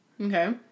Okay